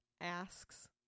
asks